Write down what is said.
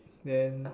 then